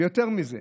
ויותר מזה,